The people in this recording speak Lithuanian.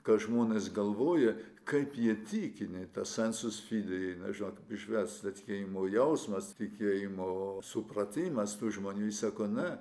ką žmonės galvoja kaip jie tiki nei tas sensus fidi nežinau kaip išverst tikėjimo jausmas tikėjimo supratimas tų žmonių jis sako ne